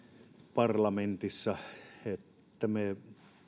parlamentissa ja että me